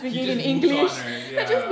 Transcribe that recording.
he just moves on right ya